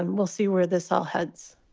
and we'll see where this all heads